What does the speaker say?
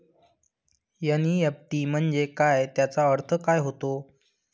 NEFT म्हंजे काय, त्याचा अर्थ काय होते?